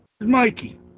Mikey